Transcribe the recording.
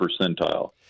percentile